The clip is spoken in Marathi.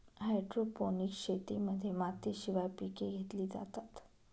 हायड्रोपोनिक्स शेतीमध्ये मातीशिवाय पिके घेतली जातात